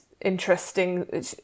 interesting